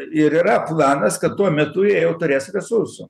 ir yra planas kad tuo metu jie jau turės resursų